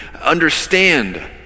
understand